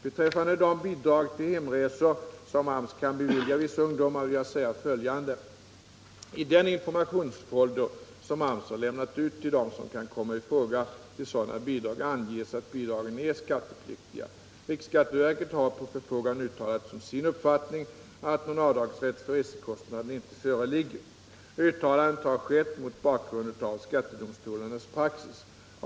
Beträffande de bidrag till hemresor som AMS kan bevilja vissa ungdomar vill jag säga följande. I den informationsfolder som AMS har lämnat ut till dem som kan komma i fråga till sådana bidrag anges att bidragen är skattepliktiga. Riksskatteverket har på förfrågan uttalat som sin uppfattning att någon avdragsrätt för resekostnaderna inte föreligger. Uttalandet har skett mot bakgrund av skattedomstolarnas praxis.